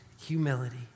humility